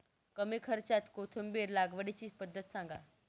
कमी खर्च्यात कोथिंबिर लागवडीची पद्धत सांगा